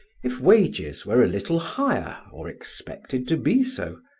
if wages were a little higher or expected to be so,